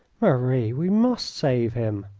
marie, we must save him.